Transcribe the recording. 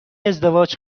ازدواج